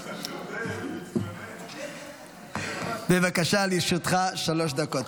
לוי, בבקשה, לרשותך שלוש דקות.